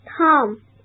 Tom